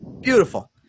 Beautiful